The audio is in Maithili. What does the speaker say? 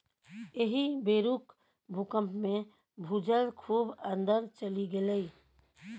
एहि बेरुक भूकंपमे भूजल खूब अंदर चलि गेलै